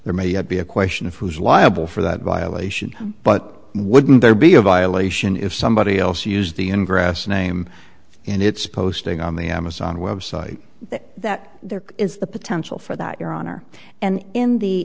there may have been a question of who is liable for that violation but wouldn't there be a violation if somebody else used the in grass name and it's posting on the amazon web site that there is the potential for that your honor and in the